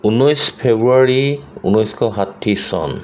ঊনৈছ ফেব্ৰুৱাৰী ঊনৈছশ ষাঠি চন